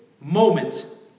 moment